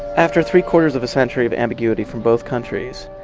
after three quarters of a century of ambiguity from both countries,